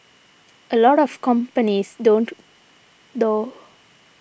a lot of companies don't though